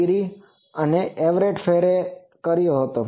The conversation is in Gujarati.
ગિરી અને એવરેટ ફેરે કર્યો હતો